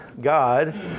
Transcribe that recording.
God